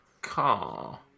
car